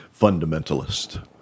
Fundamentalist